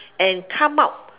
and come up